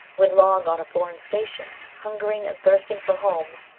when long on a foreign station, hungering and thirsting for home,